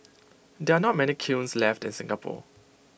there are not many kilns left in Singapore